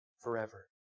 forever